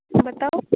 बताउ